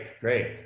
great